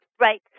Right